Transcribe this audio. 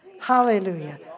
Hallelujah